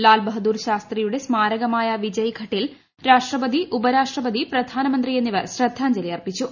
ലാൽ ബഹാദൂർ ശാസ്ത്രിയുടെ സ്മാരകമായ വിജയഘട്ടിൽ രാഷ്ട്രപതി ഉപരാഷ്ട്രപതി പ്രധാനമന്ത്രി എന്നിവർ ശ്രദ്ധാഞ്ജലി അർപ്പിച്ചു